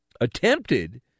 attempted